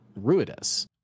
Ruidus